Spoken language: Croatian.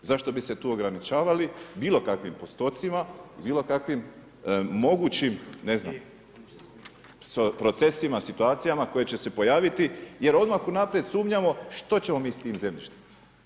Zašto bi se tu ograničavali bilo kakvim postocima, bilo kakvim mogućim, ne znam, procesima, situacijama koje će se pojaviti jer odmah unaprijed sumnjamo što ćemo mi s tim zemljištem.